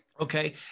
Okay